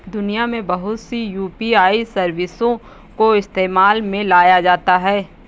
दुनिया में बहुत सी यू.पी.आई सर्विसों को इस्तेमाल में लाया जाता है